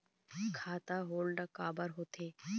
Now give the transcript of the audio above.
खाता होल्ड काबर होथे?